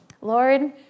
Lord